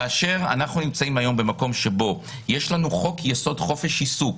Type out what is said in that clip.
כאשר אנחנו נמצאים היום במקום שבו יש לנו חוק יסוד: חופש עיסוק,